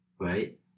right